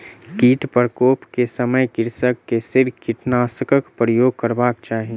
कीट प्रकोप के समय कृषक के शीघ्र कीटनाशकक उपयोग करबाक चाही